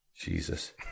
Jesus